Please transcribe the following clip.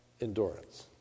endurance